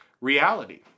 reality